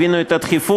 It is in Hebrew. הבינו את הדחיפות,